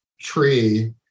tree